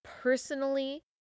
personally